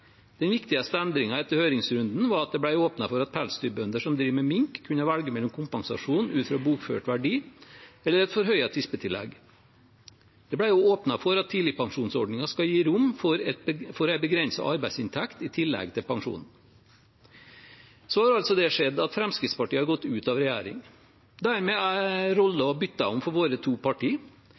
Den viktigste endringen etter høringsrunden var at det ble åpnet for at pelsdyrbønder som driver med mink, kunne velge mellom kompensasjon ut fra bokført verdi og et forhøyet tispetillegg. Det ble også åpnet for at tidligpensjonsordningen skal gi rom for en begrenset arbeidsinntekt i tillegg til pensjonen. Så har altså det skjedd at Fremskrittspartiet har gått ut av regjering. Dermed er rollene byttet om for våre to